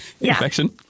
Infection